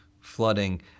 flooding